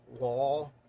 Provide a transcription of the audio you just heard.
law